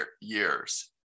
years